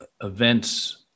events